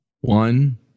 One